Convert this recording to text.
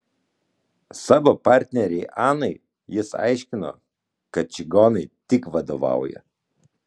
savo partnerei anai jis aiškino kad čigonai tik vadovauja